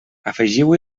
afegiu